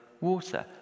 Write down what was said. water